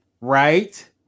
right